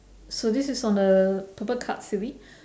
so this is on a purple card silly